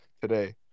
today